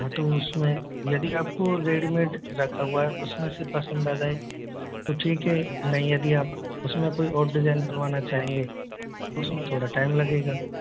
हाँ तो उसमें यदि आपको रेडीमेड रखा हुआ है उसमें से पसंद आ जाए तो ठीक है नहीं अभी आप उसमें कोई और डिजाइन बनवाना चाहेंगे उसमें थोड़ा टाइम लगेगा